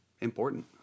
important